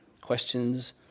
questions